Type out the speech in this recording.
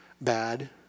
bad